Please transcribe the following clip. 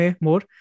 more